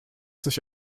sich